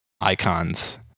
icons